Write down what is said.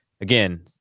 again